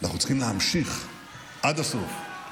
אנחנו צריכים להמשיך עד הסוף.